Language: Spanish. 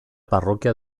parroquia